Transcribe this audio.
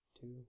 two